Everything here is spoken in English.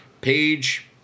page